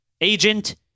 agent